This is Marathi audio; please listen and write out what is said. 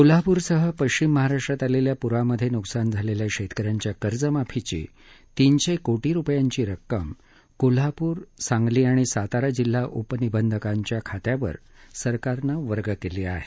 कोल्हापूरसह पश्चिम महाराष्ट्रात आलेल्या पुरात नुकसान झालेल्या शेतकऱ्यांच्या कर्जमाफीची तीनशे कोटी रुपयांची रक्कम कोल्हापूर सांगली आणि सातारा जिल्हा उपनिबंधकांच्या खात्यावर सरकारनं वर्ग केली आहे